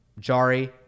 Jari